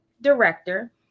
director